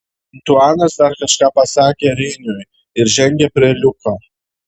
antuanas dar kažką pasakė reiniui ir žengė prie liuko